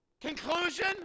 Conclusion